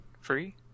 free